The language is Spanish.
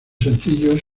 sencillos